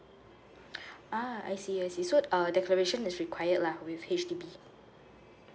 ah I see I see so err decoration is required lah with H_D_B